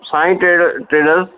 साईं टे टेलर